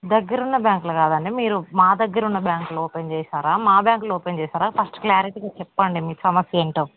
దగ్గరున్న బ్యాంక్లో కాదండి మీరు మా దగ్గరున్న బ్యాంక్లో ఓపెన్ చేసారా మా బ్యాంక్లో ఓపెన్ చేసారా ఫస్ట్ క్లారిటీగా చెప్పండి మీ సమస్య ఏంటో